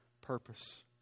purpose